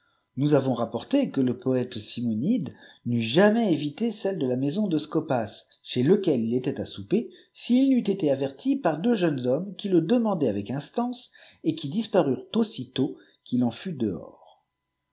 nous avons rapporté que le poète siraonides n'eût jamais évité celles de la maison de scopas chez lequel il était à souper s'il n'eût été averti par deux jeunes hommes qui le demandaient avec instance et qui disparurent aussitôt qu'il en fut dehors